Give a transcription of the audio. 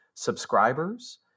subscribers